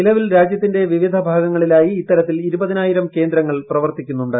നിലവിൽ രാജ്യത്തിന്റെ വിവിധ ഭാഗങ്ങളിലായി ഇത്തരൂത്തിൽ ഇരുപതിനായിരം കേന്ദ്രങ്ങൾ പ്രവർത്തിക്കുന്നുണ്ട്